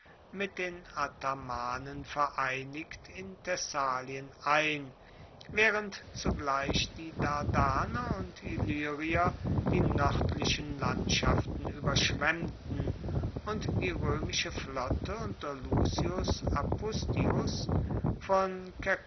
mit den athamanen vereinigt in thessalien ein waehrend zugleich die dardaner und illyrier die noerdlichen landschaften ueberschwemmten und die roemische flotte unter lucius apustius von